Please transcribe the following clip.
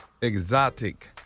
Exotic